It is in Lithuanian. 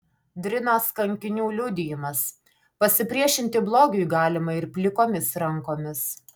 drinos kankinių liudijimas pasipriešinti blogiui galima ir plikomis rankomis